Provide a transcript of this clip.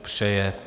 Přeje.